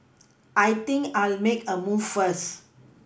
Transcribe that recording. I think I'll make a move first